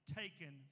taken